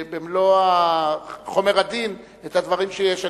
במלוא חומרת הדין את הדברים שיש.